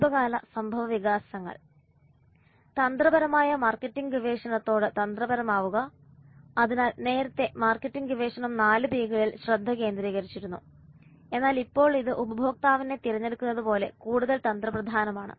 സമീപകാല സംഭവവികാസങ്ങൾ തന്ത്രപ്രധാനമായ മാർക്കറ്റിംഗ് ഗവേഷണത്തോട് തന്ത്രപരമാവുക അതിനാൽ നേരത്തെ മാർക്കറ്റിംഗ് ഗവേഷണം 4 P കളിൽ ശ്രദ്ധ കേന്ദ്രീകരിച്ചിരുന്നു എന്നാൽ ഇപ്പോൾ ഇത് ഉപഭോക്താവിനെ തിരഞ്ഞെടുക്കുന്നതുപോലെ കൂടുതൽ തന്ത്രപ്രധാനമാണ്